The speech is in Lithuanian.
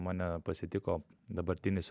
mane pasitiko dabartinis